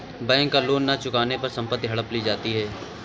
bank का loan न चुकाने पर संपत्ति हड़प ली जाती है